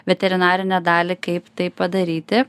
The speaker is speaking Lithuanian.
veterinarinę dalį kaip tai padaryti